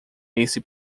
esse